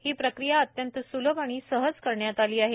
ही प्रक्रिया अत्यंत सुलभ आणि सहज करण्यात आली आहे